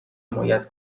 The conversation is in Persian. حمایت